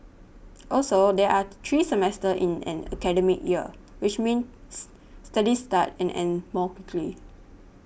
also there are three semesters in an academic year which means studies start and end more quickly